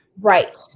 Right